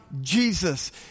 Jesus